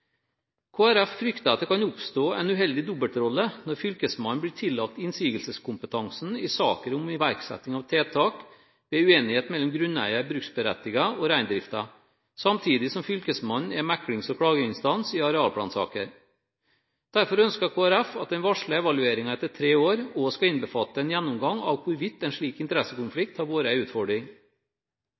frykter at det kan oppstå en uheldig dobbeltrolle når Fylkesmannen blir tillagt innsigelseskompetansen i saker om iverksetting av tiltak ved uenighet mellom grunneier/bruksberettiget og reindriften, samtidig som Fylkesmannen er meklings- og klageinstans i arealplansaker. Derfor ønsker Kristelig Folkeparti at den varslede evalueringen etter tre år også skal innbefatte en gjennomgang av hvorvidt en slik interessekonflikt har vært en utfordring.